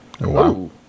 Wow